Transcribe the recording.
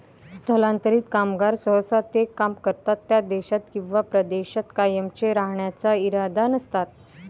स्थलांतरित कामगार सहसा ते काम करतात त्या देशात किंवा प्रदेशात कायमचे राहण्याचा इरादा नसतात